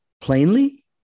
plainly